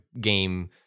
game